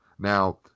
Now